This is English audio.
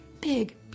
big